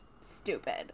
stupid